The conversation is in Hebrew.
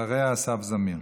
אחריה, אסף זמיר.